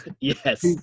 Yes